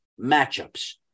matchups